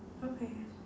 okay